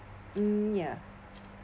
mm ya